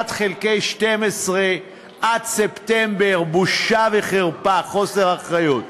1 חלקי 12 עד ספטמבר, בושה וחרפה, חוסר אחריות.